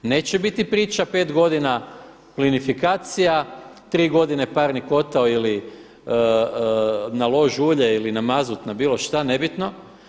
Neće biti priča pet godina plinifikacija tri godine parni kotao ili na lož ulje ili na mazut, na bilo šta, nebitno.